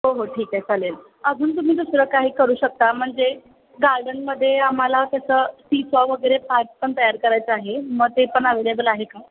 हो हो ठीक आहे चालेल अजून तुम्ही दुसरं काही करू शकता म्हणजे गार्डनमध्ये आम्हाला कसं सीसॉ वगैरे पार्क पण तयार करायचं आहे मग ते पण अवेलेबल आहे का